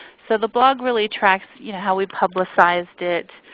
so the blog really tracks you know how we publicized it,